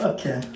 Okay